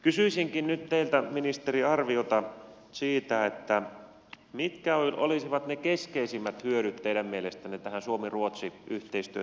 kysyisinkin nyt teiltä ministeri arviota siitä mitkä olisivat keskeisimmät hyödyt teidän mielestänne suomiruotsi yhteistyön tiivistämisessä